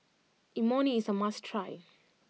Imoni is a must try